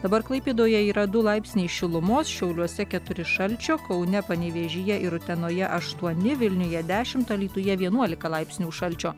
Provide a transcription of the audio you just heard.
dabar klaipėdoje yra du laipsniai šilumos šiauliuose keturi šalčio kaune panevėžyje ir utenoje aštuoni vilniuje dešimt alytuje vienuolika laipsnių šalčio